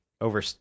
over